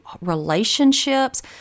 relationships